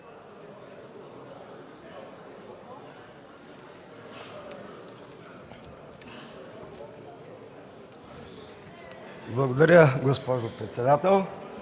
Благодаря, госпожо председател.